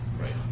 Right